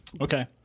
Okay